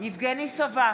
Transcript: יבגני סובה,